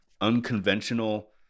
unconventional